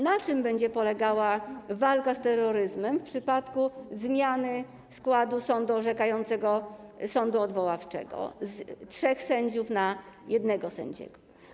Na czym będzie polegała walka z terroryzmem w przypadku zmiany składu sądu orzekającego, sądu odwoławczego z trzech sędziów na jednego sędziego?